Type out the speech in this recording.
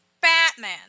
Batman